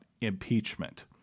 impeachment